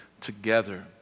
together